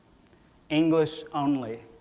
english only,